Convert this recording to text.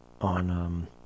on